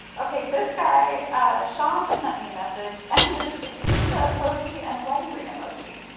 ok, this guy ah sean just sent me a message and it is a pizza emoji and a wedding ring emoji.